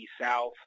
South